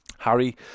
Harry